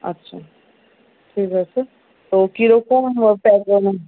আচ্ছা ঠিক আছে তো কিরকম চার্জ